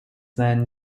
then